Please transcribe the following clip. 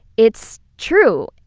it's true!